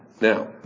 Now